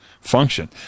function